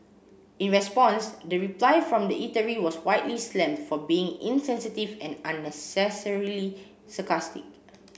in response the reply from the eatery was widely slammed for being insensitive and unnecessarily sarcastic